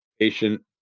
Patient